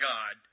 God